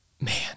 man